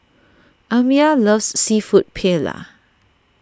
Amya loves Seafood Paella